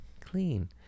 Clean